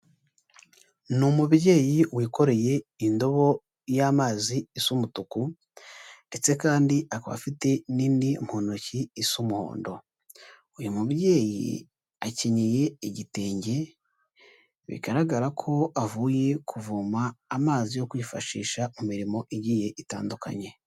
Ni umubyeyi wikoreye indobo y'amazi isa umutuku ndetse kandi akaba afite n'indi mu ntoki isa umuhondo, uyu mubyeyi akenyeye igitenge, bigaragara ko avuye kuvoma amazi yo kwifashisha mu mirimo igiye itandukanye.